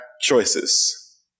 choices